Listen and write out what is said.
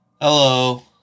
Hello